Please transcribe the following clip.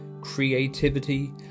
creativity